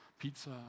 Pizza